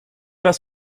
pas